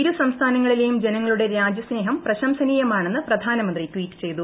ഇരു സംസ്ഥാനങ്ങളിലെയും ജനങ്ങളുടെ രാജ്യസ്നേഹം പ്രശംസനീയമാണെന്ന് പ്രധാനമന്ത്രി ട്വീറ്റ് ചെയ്തു